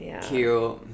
Cute